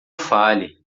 fale